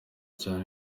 cyane